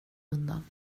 undan